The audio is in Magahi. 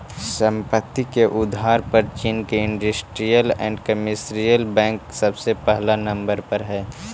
संपत्ति के आधार पर चीन के इन्डस्ट्रीअल एण्ड कमर्शियल बैंक सबसे पहिला नंबर पर हई